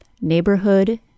NEIGHBORHOOD